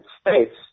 States